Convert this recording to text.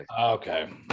okay